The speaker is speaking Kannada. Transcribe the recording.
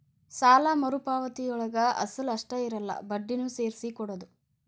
ಸಾಲ ಮರುಪಾವತಿಯೊಳಗ ಅಸಲ ಅಷ್ಟ ಇರಲ್ಲ ಬಡ್ಡಿನೂ ಸೇರ್ಸಿ ಕೊಡೋದ್